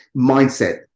mindset